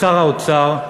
שר האוצר,